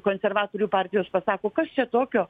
konservatorių partijos pasako kas čia tokio